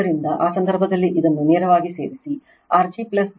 ಆದ್ದರಿಂದ ಆ ಸಂದರ್ಭದಲ್ಲಿ ಇದನ್ನು ನೇರವಾಗಿ ಸೇರಿಸಿ R g j x g XL ಅನ್ನು ಪಡೆಯುತ್ತದೆ